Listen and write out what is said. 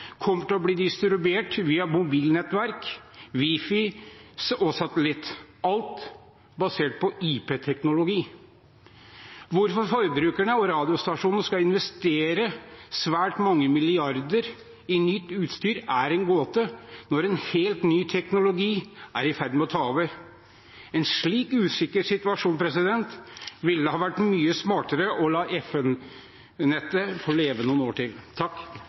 kommer til å bli distribuert via mobilnettverk, wifi og satellitt, alt basert på IT-teknologi. Hvorfor forbrukerne og radiostasjonene skal investere svært mange milliarder kroner i nytt utstyr er en gåte, når en helt ny teknologi er i ferd med å ta over. I en slik usikker situasjon ville det ha vært mye smartere å la FM-nettet få leve noen år til.